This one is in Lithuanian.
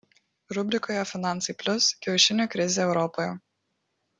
rubrikoje finansai plius kiaušinių krizė europoje